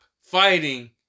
fighting